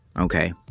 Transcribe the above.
Okay